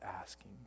asking